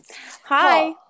Hi